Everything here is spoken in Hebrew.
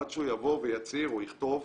עד שהוא יבוא ויצהיר או יכתוב,